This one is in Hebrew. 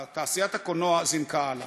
ותעשיית הקולנוע זינקה הלאה.